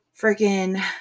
Freaking